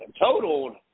totaled